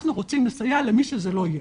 אנחנו רוצים לסייע למי שזה לא יהיה.